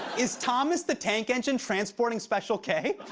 is thomas the tank engine transporting special k?